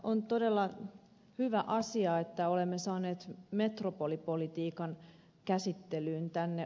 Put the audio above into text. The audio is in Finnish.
on todella hyvä asia että olemme saaneet metropolipolitiikan käsittelyyn tänne